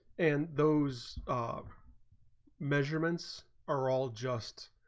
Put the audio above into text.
and those of measurements are all just